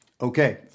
Okay